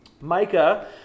Micah